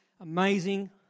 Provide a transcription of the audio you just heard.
Amazing